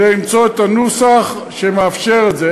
כדי למצוא את הנוסח שמאפשר את זה.